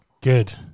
Good